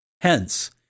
Hence